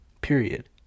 period